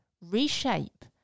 reshape